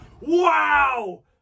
Wow